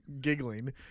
giggling